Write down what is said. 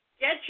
Get